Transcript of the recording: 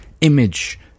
image